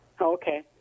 Okay